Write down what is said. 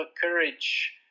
courage